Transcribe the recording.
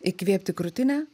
įkvėpti krūtinę